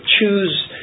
choose